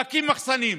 להקים מחסנים.